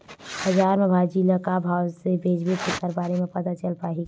बजार में भाजी ल का भाव से बेचबो तेखर बारे में पता चल पाही का?